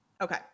Okay